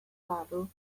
tarw